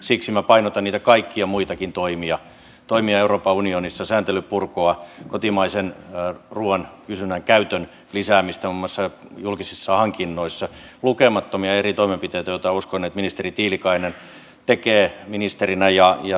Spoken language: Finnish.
siksi minä painotan niitä kaikkia muitakin toimia euroopan unionissa sääntelyn purkua kotimaisen ruuan kysynnän ja käytön lisäämistä muun muassa julkisissa hankinnoissa lukemattomia eri toimenpiteitä joita uskon että ministeri tiilikainen tekee ministerinä